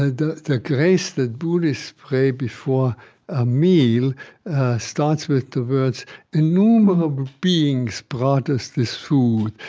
ah the the grace that buddhists pray before a meal starts with the words innumerable beings brought us this food.